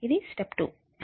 ఇది స్టెప్ 2